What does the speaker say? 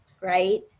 Right